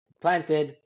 planted